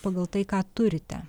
pagal tai ką turite